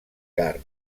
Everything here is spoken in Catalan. car